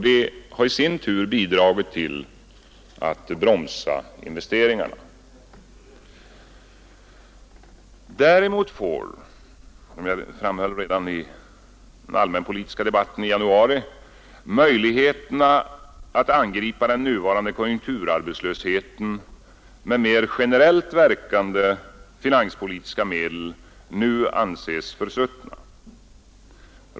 Det har i sin tur bidragit till att bromsa investeringarna. Däremot får — som jag framhöll redan i den allmänpolitiska debatten i januari — möjligheterna att angripa den nuvarande konjunkturarbetslösheten med mer generellt verkande finanspolitiska medel nu anses försuttna.